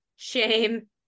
Shame